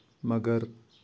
مَگر